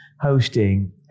hosting